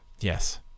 Yes